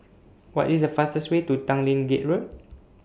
What IS The fastest Way to Tanglin Gate Road